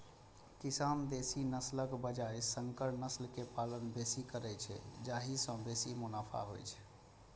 किसान देसी नस्लक बजाय संकर नस्ल के पालन बेसी करै छै, जाहि सं बेसी मुनाफा होइ छै